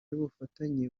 y’ubufatanye